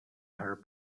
her